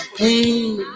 pain